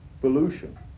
pollution